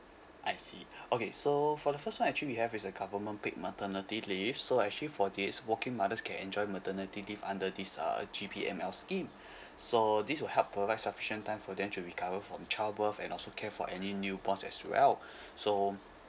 I see okay so for the first month actually we have is a government paid maternity leave so actually for this working mothers can enjoy maternity leave under this uh G_P_M_L scheme so this will help provide sufficient time for them to recover from childbirth and also care for any newborns as well so